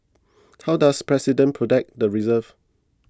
how does president protect the reserves